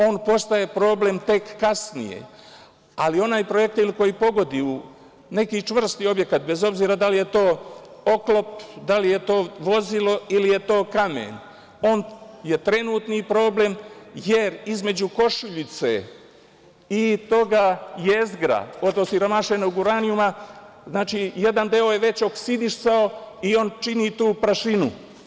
On postaje problem tek kasnije, ali onaj projektil koji pogodi u neki čvrsti objekat, bez obzira da li je to oklop, da li je to vozilo ili je to kamen, on je trenutni problem jer između košuljice i toga jezgra od osiromašenog uranijuma, jedan deo je već oksidisao i on čini tu prašinu.